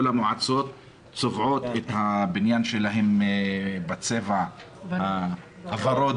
כל המועצות צובעות את הבניין שלהם בצבע הוורוד.